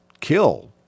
kill